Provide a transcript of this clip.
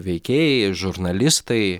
veikėjai žurnalistai